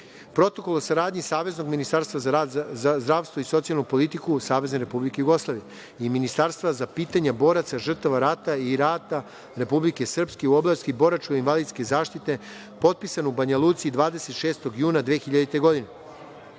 Protokol o saradnji Saveznog ministarstva za zdravstvo i socijalnu politiku Savezne Republike Jugoslavije i Ministarstva za pitanja boraca, žrtava rata i rata Republike Srpske u oblasti boračko-invalidske zaštite potpisanom u Banjaluci 26. juna 2000. godine;